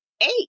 eight